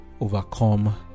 overcome